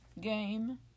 game